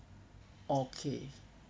okay